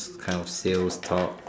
kind of sales talk